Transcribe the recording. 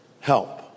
help